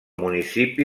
municipi